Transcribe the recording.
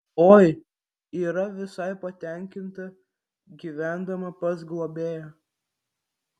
oi yra visai patenkinta gyvendama pas globėją